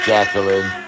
Jacqueline